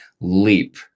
leap